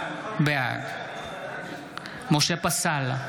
בעד משה פסל,